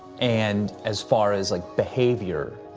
and as far as like behavior.